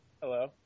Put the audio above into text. hello